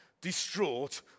distraught